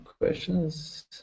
questions